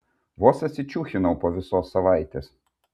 vos atsičiūchinau po visos savaitės